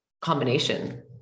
combination